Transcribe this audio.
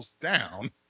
Down